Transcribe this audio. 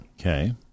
Okay